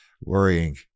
worrying